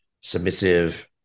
submissive